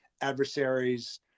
adversaries